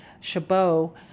Chabot